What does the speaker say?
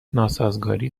ناسازگاری